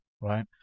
right